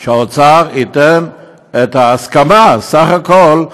שהאוצר ייתן את ההסכמה, בסך הכול,